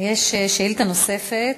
יש שאילתה נוספת.